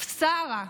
פסארה.